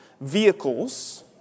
vehicles